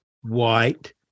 white